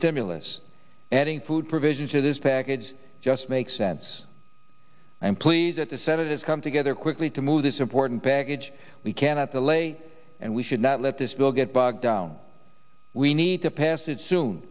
stimulus adding food provisions to this package just makes sense i'm pleased that the senate has come together quickly to move this important baggage we cannot delay and we should not let this bill get bogged down we need to pass it soon